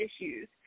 issues